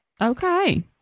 Okay